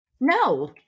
No